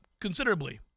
considerably